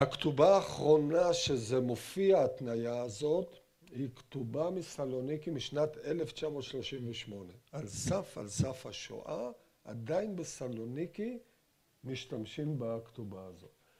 ‫הכתובה האחרונה שזה מופיע ‫ההתניה הזאת, ‫היא כתובה מסלוניקי משנת 1938. ‫על סף, על סף השואה, ‫עדיין בסלוניקי משתמשים בכתובה הזאת.